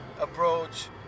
approach